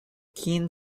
keen